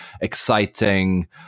exciting